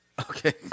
Okay